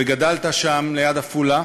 וגדלת שם, ליד עפולה,